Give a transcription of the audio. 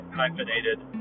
hyphenated